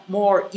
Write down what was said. more